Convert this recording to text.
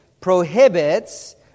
prohibits